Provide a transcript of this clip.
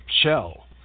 shell